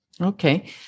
Okay